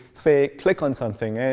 say, click on something.